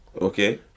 Okay